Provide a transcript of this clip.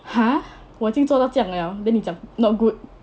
!huh! 我已经做到这样了 then 你讲 not good